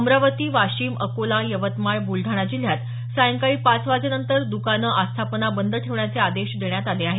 अमरावती वाशिम अकोल यवतमाळ बुलडाणा जिल्ह्यात सायंकाळी पाच वाजेनंतर द्कानं आस्थापना बंद ठेवण्याचे आदेश देण्यात आले आहेत